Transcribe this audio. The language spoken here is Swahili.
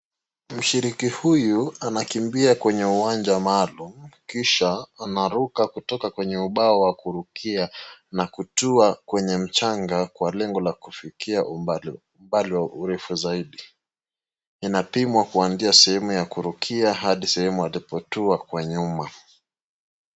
Mshiriki huyu anakimbia kwenye uwanja maalum kisha anaruka kutoka kwenye ubao wa kurukia na kutua kwenye mchanga kwa lengo la kufikia umbali au urefu zaidi. Inapimwa kuazia sehemu ya kurukia hadi sehemu atakapotua kwa nyuma.